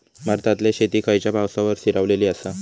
भारतातले शेती खयच्या पावसावर स्थिरावलेली आसा?